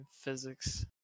Physics